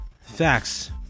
facts